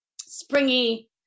springy